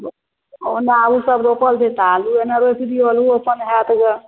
ओना ओसभ रोपल छै तऽ आलुओ ओहिमे रोपि दिऔ आलुओ अपन होएत गऽ